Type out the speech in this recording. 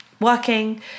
working